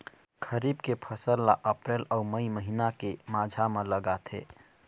खरीफ के फसल ला अप्रैल अऊ मई महीना के माझा म लगाथे